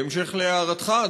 בהמשך להערתך,